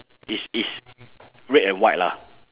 it's it's red and white lah